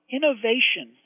Innovation